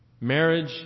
marriage